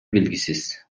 белгисиз